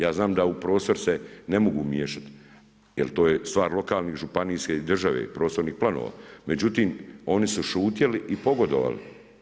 Ja znam da u prostor se ne mogu miješati, jer to je stvar, lokalne, županijske i državne, prostornih planova, međutim, oni su šutjeli i pogodovali.